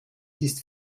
ist